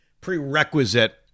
prerequisite